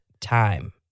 time